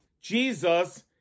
Jesus